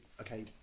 okay